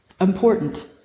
important